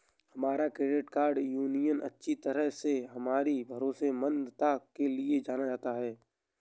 हमारा credit union अच्छी तरह से अपनी भरोसेमंदता के लिए जाना जाता है